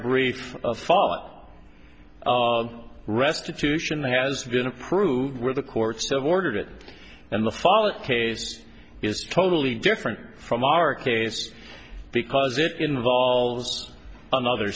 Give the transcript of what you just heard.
brief file restitution has been approved where the courts have ordered it and the final case is totally different from our case because it involves another